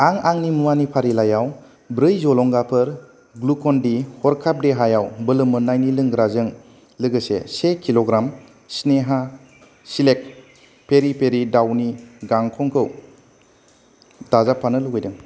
आं आंनि मुवानि फारिलाइयाव ब्रै जलंगाफोर ग्लुकन डि हरखाब देहायाव बोलो मोन्नायनि लोंग्राजों लोगोसे से किल'ग्राम स्नेहा सिलेक्ट पेरि पेरि दाउनि गांखंखौ दाजाबफानो लुबैदों